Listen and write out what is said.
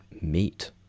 meet